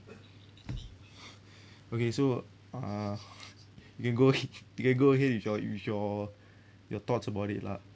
okay so uh you can go you can go ahead with your with your your thoughts about it lah